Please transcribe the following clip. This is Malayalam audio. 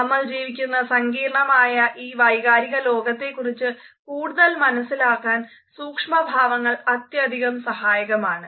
നമ്മൾ ജീവിക്കുന്ന സങ്കീർണ്ണമായ ഈ വൈകാരിക ലോകത്തേക്കുറിച്ച് കൂടുതൽ മനസിലാക്കാൻ സൂക്ഷ്മ ഭാവങ്ങൾ അത്യധികം സഹായകമാണ്